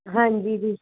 ਹਾਂਜੀ ਜੀ